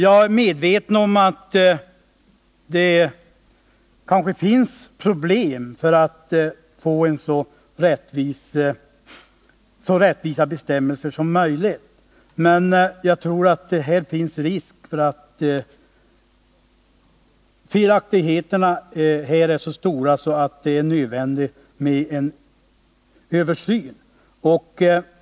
Jag är medveten om att det kanske finns problem med att få så rättvisa bestämmelser som möjligt, men jag tror det är risk för att felaktigheterna är Nr 23 så stora att det är nödvändigt med en översyn.